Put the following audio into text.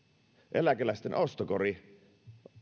eläkeläisten ostokori